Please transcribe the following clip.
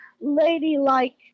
ladylike